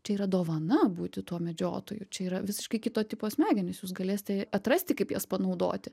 čia yra dovana būti tuo medžiotoju čia yra visiškai kito tipo smegenys jūs galėsite atrasti kaip jas panaudoti